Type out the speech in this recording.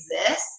exist